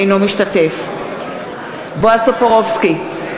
אינו משתתף בהצבעה בועז טופורובסקי,